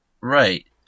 Right